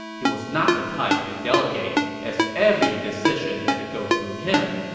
he was not the type to delegate, as every decision had to go through him.